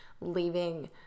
leaving